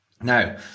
now